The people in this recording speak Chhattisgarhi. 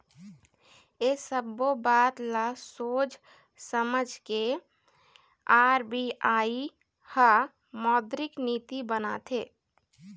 ऐ सब्बो बात ल सोझ समझ के आर.बी.आई ह मौद्रिक नीति बनाथे